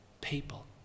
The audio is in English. people